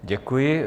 Děkuji.